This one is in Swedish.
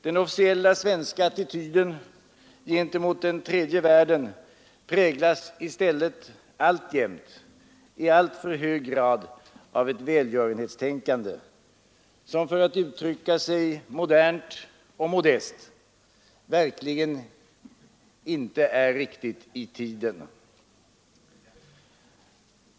Den officiella svenska attityden gentemot den tredje världen präglas i stället alltjämt i alltför hög grad av ett välgörenhetstänkande som — för att uttrycka sig modernt och modest — verkligen inte är riktigt itiden.